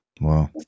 Wow